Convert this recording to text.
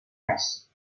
res